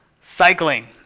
cycling